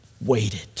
waited